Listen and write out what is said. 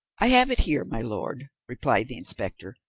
i have it here, my lord, replied the inspector,